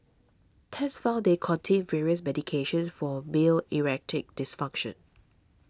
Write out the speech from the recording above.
tests found they contained various medications for male erecting dysfunction